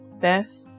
Beth